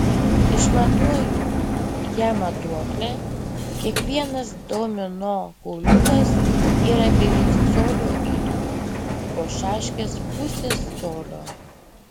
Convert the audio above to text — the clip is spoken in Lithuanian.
išmatuoju ją matuokle kiekvienas domino kauliukas yra beveik colio ilgio o šaškės pusės colio